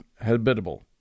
habitable